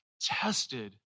tested